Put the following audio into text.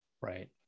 Right